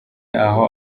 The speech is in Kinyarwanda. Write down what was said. aho